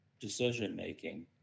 decision-making